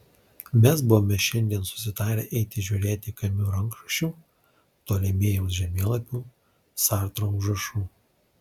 mes buvome šiandien susitarę eiti žiūrėti kamiu rankraščių ptolemėjaus žemėlapių sartro užrašų